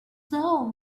soul